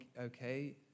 okay